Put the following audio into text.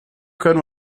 können